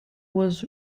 was